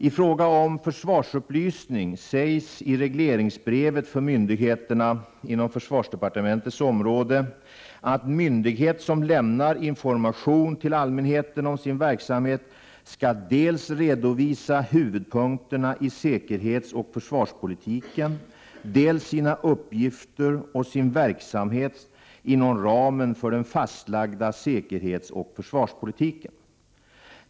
I fråga om försvarsupplysning sägs i regleringsbrevet för myndigheterna inom försvarsdepartementets område att myndighet som lämnar information till allmänheten om sin verksamhet skall dels redovisa huvudpunkterna i säkerhetsoch försvarspolitiken, dels sina uppgifter och sin verksamhet inom ramen för den fastlagda säkerhetsoch försvarspolitiken.